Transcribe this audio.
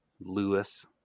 Lewis